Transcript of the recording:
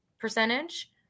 percentage